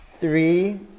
Three